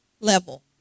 level